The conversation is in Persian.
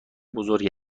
بزرگ